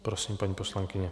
Prosím, paní poslankyně.